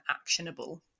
actionable